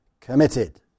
committed